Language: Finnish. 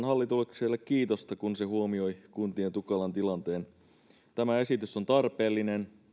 hallitukselle kiitosta kun se huomioi kuntien tukalan tilanteen tämä esitys on tarpeellinen